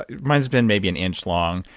mine's been maybe an inch long,